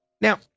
Now